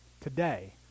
today